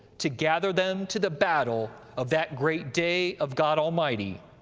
to gather them to the battle of that great day of god almighty.